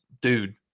Dude